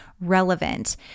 relevant